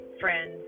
friends